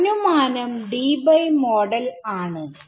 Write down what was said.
അനുമാനം Debye model ആണ്